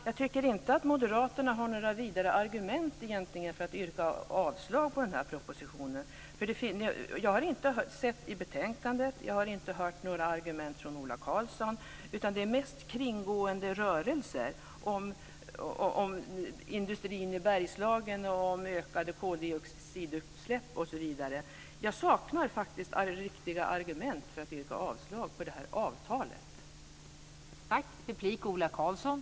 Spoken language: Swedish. Jag tycker inte att moderaterna har några vidare argument för att yrka avslag på propositionen. Jag har inte sett några argument i betänkandet och jag har inte hört några från Ola Karlsson, utan det är mest kringgående rörelser om industrin i Bergslagen, om ökade koldioxidutsläpp osv. Jag saknar faktiskt riktiga argument från moderaterna för att yrka avslag när det gäller avtalet.